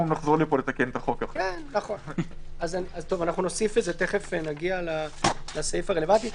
תכף נגיע לסעיף הרלוונטי.